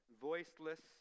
voiceless